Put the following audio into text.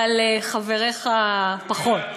אבל חבריך פחות.